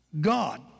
God